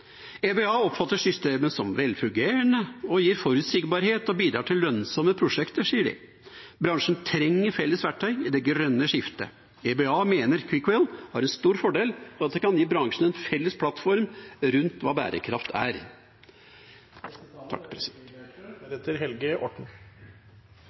gir forutsigbarhet og bidrar til lønnsomme prosjekter. Bransjen trenger felles verktøy i det grønne skiftet. EBA mener CEEQUAL har en stor fordel, og at det kan gi bransjen en felles plattform rundt hva bærekraft er.